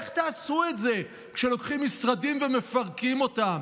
איך תעשו את זה כשלוקחים משרדים ומפרקים אותם?